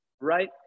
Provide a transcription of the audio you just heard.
Right